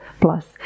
plus